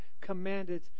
commanded